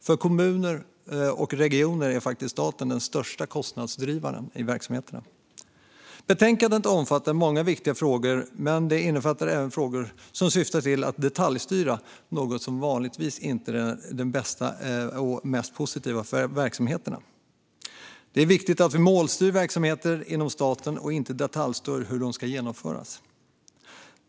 För kommuner och regioner är faktiskt staten den största kostnadsdrivaren i verksamheterna. Betänkandet omfattar många viktiga frågor, men det innefattar även frågor som syftar till att detaljstyra, något som vanligtvis inte är det bästa och mest positiva för verksamheterna. Det är viktigt att vi målstyr verksamheter inom staten och inte detaljstyr hur de ska genomföras.